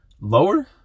lower